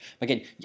again